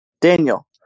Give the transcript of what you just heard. Daniel